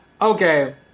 okay